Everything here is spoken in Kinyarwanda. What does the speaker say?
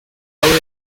babiri